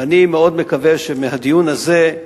ואני מאוד מקווה שבדיון הזה,